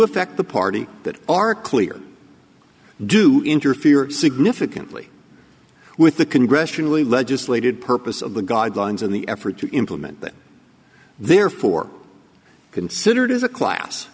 affect the party that are clear do interfere significantly with the congressionally legislated purpose of the guidelines in the effort to implement them therefore considered as a class